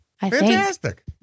Fantastic